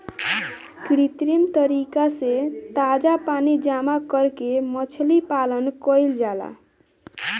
कृत्रिम तरीका से ताजा पानी जामा करके मछली पालन कईल जाला